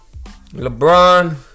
LeBron